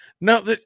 no